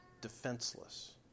defenseless